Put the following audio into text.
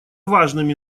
важными